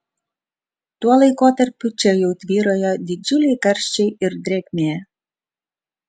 tuo laikotarpiu čia jau tvyrojo didžiuliai karščiai ir drėgmė